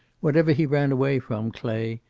whatever he ran away from, clay,